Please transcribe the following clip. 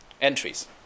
entries